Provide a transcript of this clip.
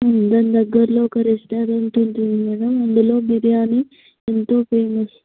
దాని దగ్గర్లో ఒక రెస్టారెంట్ ఉంటుంది మేడం అందులో బిర్యానీ ఎంతో ఫేమస్